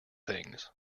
things